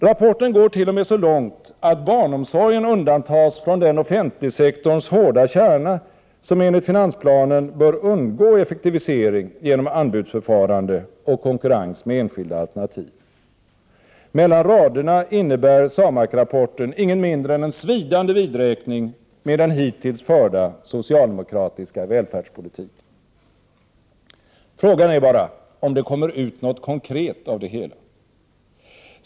Rapporten går t.o.m. så långt att barnomsorgen undantas från den offentliga sektorns hårda kärna som enligt finansplanen bör undgå effektivisering genom anbudsförfarande och konkurrens med enskilda alternativ. Mellan raderna innebär SAMAK-rapporten inget mindre än en svidande vidräkning med den hittills förda socialdemokratiska välfärdspolitiken. Frågan är bara om det kommer ut något konkret av det hela.